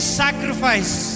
sacrifice